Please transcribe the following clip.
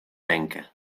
rękę